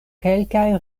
kelkaj